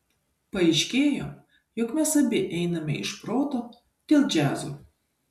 paaiškėjo jog mes abi einame iš proto dėl džiazo